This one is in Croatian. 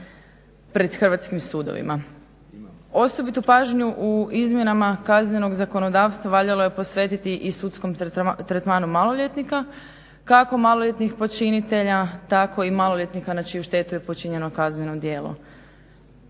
pred hrvatskim sudovima. Osobitu pažnju u izmjenama kaznenog zakonodavstva valjalo je posvetiti i sudskom tretmanu maloljetnika, kako maloljetnih počinitelja tako i maloljetnika na čiju štetu je počinjeno kazneno djelo.